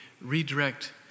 redirect